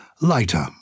lighter